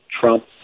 Trump